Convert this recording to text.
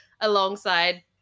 alongside